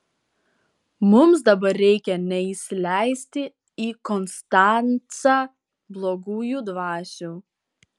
mums dabar reikia neįsileisti į konstancą blogųjų dvasių